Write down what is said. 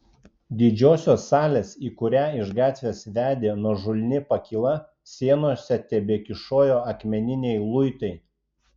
didžiosios salės į kurią iš gatvės vedė nuožulni pakyla sienose tebekyšojo akmeniniai luitai